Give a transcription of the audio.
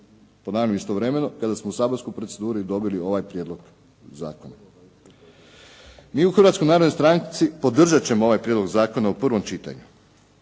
Ponavljam istovremeno kada smo u saborskoj proceduru i dobili ovaj prijedlog zakona. Mi u Hrvatskoj narodnoj stranci podržati ćemo ovaj Prijedlog zakona u prvom čitanju